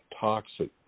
toxic